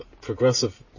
progressive